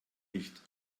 nicht